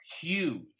huge